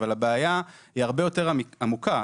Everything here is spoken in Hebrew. אבל הבעיה היא הרבה יותר עמוקה,